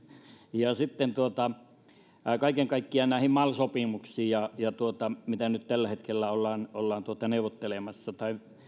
ja sitten kaiken kaikkiaan näihin mal sopimuksiin joista nyt tällä hetkellä ollaan ollaan neuvottelemassa tai